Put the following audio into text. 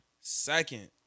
second